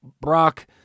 Brock